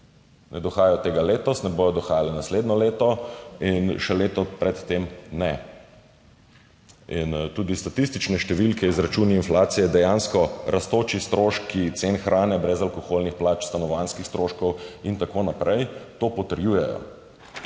ne dohajajo tega letos, ne bodo dohajale naslednje leto in še leto pred tem ne. Tudi statistične številke, izračuni inflacije, dejansko rastoči stroški cen hrane, brezalkoholnih plač, stanovanjskih stroškov in tako naprej to potrjujejo.